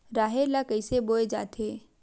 राहेर ल कइसे बोय जाथे?